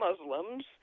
Muslims